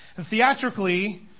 Theatrically